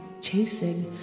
chasing